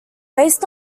based